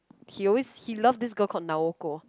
he always he loved this girl called Naoko